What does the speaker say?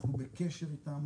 אנחנו בקשר איתם,